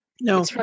No